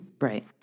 Right